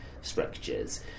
structures